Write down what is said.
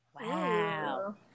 Wow